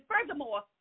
furthermore